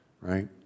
right